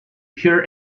pure